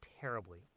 terribly